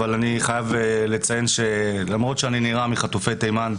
אבל אני חייב לציין שלמרות שאני נראה מחטופי תימן,